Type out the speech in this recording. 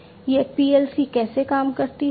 यह PLC कैसे काम करती है